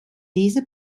diese